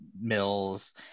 Mills